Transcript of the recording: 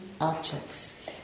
objects